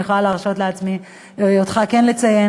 אני יכולה להרשות לעצמי אותך כן לציין.